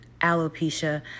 alopecia